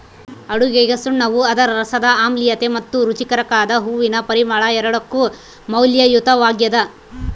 ಅಡುಗೆಗಸುಣ್ಣವು ಅದರ ರಸದ ಆಮ್ಲೀಯತೆ ಮತ್ತು ರುಚಿಕಾರಕದ ಹೂವಿನ ಪರಿಮಳ ಎರಡಕ್ಕೂ ಮೌಲ್ಯಯುತವಾಗ್ಯದ